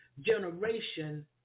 generation